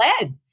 led